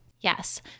Yes